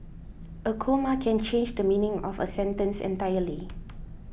a comma can change the meaning of a sentence entirely